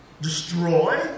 destroy